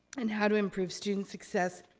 and how to improve student success,